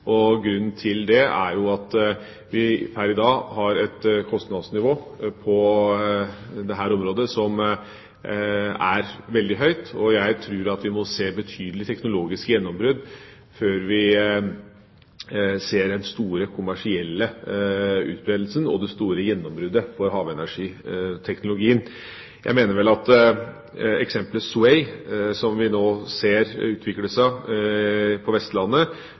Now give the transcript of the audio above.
lengre. Grunnen til det er at vi pr. i dag har et kostnadsnivå på dette området som er veldig høyt, og jeg tror at vi må se betydelige teknologiske gjennombrudd før vi ser den store kommersielle utbredelsen og det store gjennombruddet for havenergiteknologien. Jeg mener vel at SWAY, som vi nå ser utvikle seg på Vestlandet,